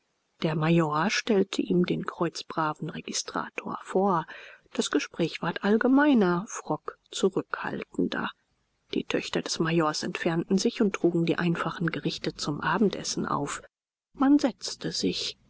der major stellte ihm den kreuzbraven registrator vor das gespräch ward allgemeiner frock zurückhaltender die töchter des majors entfernten sich und trugen die einfachen gerichte zum abendessen auf man setzte sich